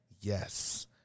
yes